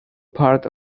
part